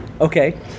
okay